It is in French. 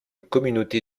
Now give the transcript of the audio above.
communauté